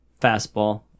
fastball